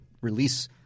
release